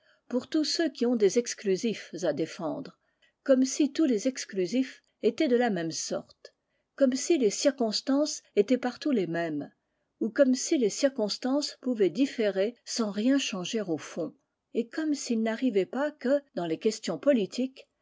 pour tous ceux qui ont des exclusifs à défendre comme si tous les exclusifs étaient de la même sorte comme si les circonstances étaient partout les mêmes ou comme si les circonstances pouvaient différer sans rien changer au fond et comme s'il n'arrivait pas que dans les questions politiques